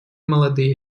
молодые